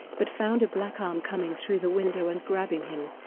but found a black arm coming through the window and grabbing him,